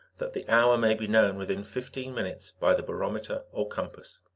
that the hour may be known within fifteen minutes by the barometer or compass.